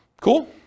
Cool